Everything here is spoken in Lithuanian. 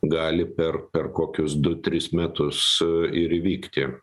gali per per kokius du tris metus ir įvykti